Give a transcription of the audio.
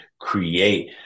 create